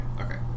Okay